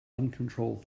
uncontrolled